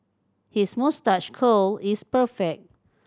his moustache curl is perfect